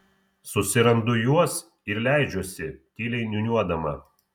susirandu juos ir leidžiuosi tyliai niūniuodama